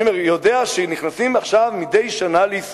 אני אומר: ידוע שנכנסים עכשיו לישראל מדי שנה,